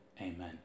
amen